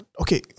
Okay